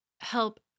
Help